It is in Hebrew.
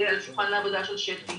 זה על שולחן העבודה של שפ"י.